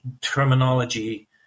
terminology